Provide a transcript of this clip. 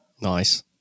Nice